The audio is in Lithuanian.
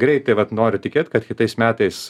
greitai vat noriu tikėt kad kitais metais